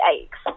aches